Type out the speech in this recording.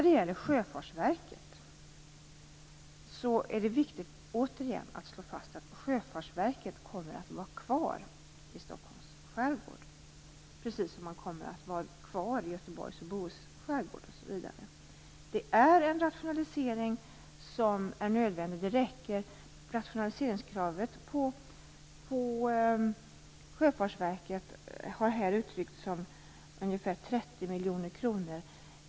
Det är återigen viktigt att slå fast att Sjöfartsverket kommer att vara kvar i Stockholms skärgård, precis som verket kommer att vara kvar i Göteborgs och Bohus skärgård osv. En rationalisering är nödvändig. Rationaliseringskravet på Sjöfartsverket har här uttryckts som ungefär 30 miljoner kronor.